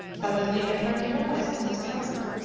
suddenly i heard a noise as of thunder,